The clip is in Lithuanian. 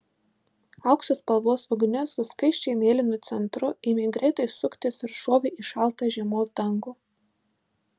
aukso spalvos ugnis su skaisčiai mėlynu centru ėmė greitai suktis ir šovė į šaltą žiemos dangų